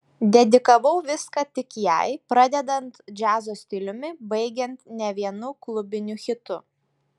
dedikavau viską tik jai pradedant džiazo stiliumi baigiant ne vienu klubiniu hitu